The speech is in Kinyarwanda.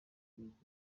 twerekeza